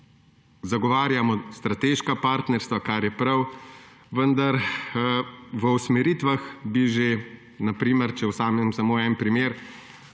Zagovarjamo strateška partnerstva, kar je prav, vendar v usmeritvah bi že na primer, če vzamem samo en primer,